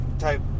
type